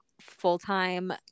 full-time